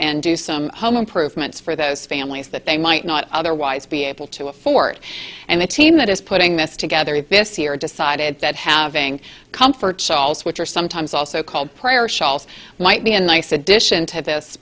and do some home improvements for those families that they might not otherwise be able to afford and the team that is putting this together this year decided that having comfort saul's which are sometimes also called prayer shawls might be a nice addition to this